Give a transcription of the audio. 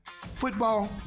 football